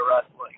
wrestling